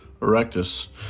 erectus